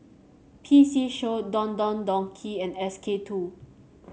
P C Show Don Don Donki and SK two